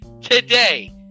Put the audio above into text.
today